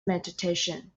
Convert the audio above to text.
meditation